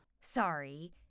Sorry